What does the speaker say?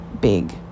big